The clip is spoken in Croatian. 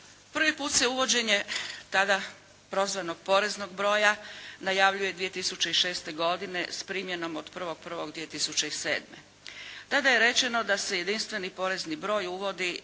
Prvi put se uvođenje, tada prozvanog poreznog broja najavljuje 2006. godine s primjenom od 1.1.2007. Tada je rečeno da se jedinstveni porezni broj uvodi